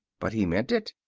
but he meant it.